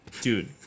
Dude